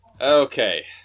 Okay